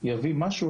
יביא משהו